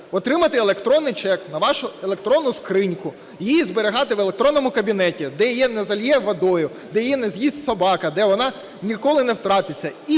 отримати електронний чек на вашу електронну скриньку, її зберігати в електронному кабінеті, де її не заллє водою, де її не з'їсть собака, де вона ніколи не втратиться.